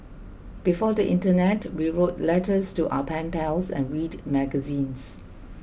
before the internet we wrote letters to our pen pals and read magazines